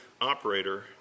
operator